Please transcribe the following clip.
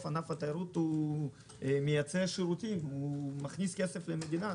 ענף התיירות מייצא שירותים ומכניס כסף למדינה.